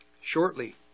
shortly